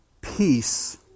Peace